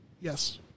Yes